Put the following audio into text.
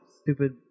stupid